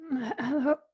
hello